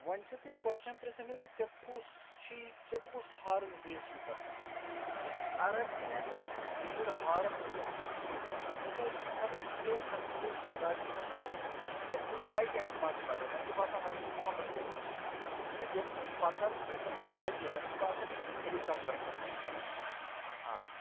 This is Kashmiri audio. وۄنۍ چھُو تُہۍ کوسچن پِرٛژھم زِ ژٚ کُس چھُی ژےٚ کُس ہارٕس بریٖڈ چھُی پَسنٛد یُس عربیَن بریٖڈ ہارٕس چھِ مےٚ ہسا چھُ سُے پَسنٛد مےٚ کیازِ چھُ سُہ پَسنٛد تِکیازِ تَتھ پٮ۪ٹھ ییٚلہِ سَوار چھِ کھسن تَتہِ چھِ واریاہ مَزٕ لَگان زَن چھِ باسان وۄنۍ أسۍ چھِ پھَمبَس پٮ۪ٹھ بِہِتھ تہٕ ییٚلہِ سُہ پَکان چھُ تَتہِ چھُ واریاہ زَن چھِ باسَان أسۍ چھِ ہیٚلی کاپٹرَس پٮ۪ٹھ پَکان آ